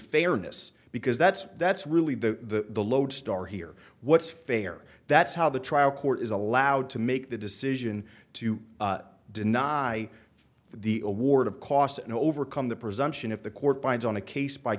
fairness because that's that's really the the lodestar here what's fair that's how the trial court is allowed to make the decision to deny the award of costs and overcome the presumption if the court binds on a case by